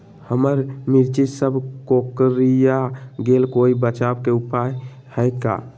हमर मिर्ची सब कोकररिया गेल कोई बचाव के उपाय है का?